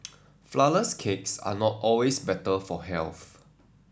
flour less cakes are not always better for health